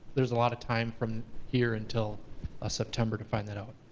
there's a lot of time from here until ah september to find that out.